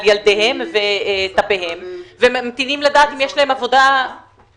על ילדיהן וממתינות לדעת אם יש להן עבודה מחר.